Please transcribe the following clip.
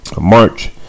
March